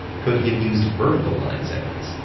could he have used vertical line segments?